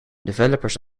developers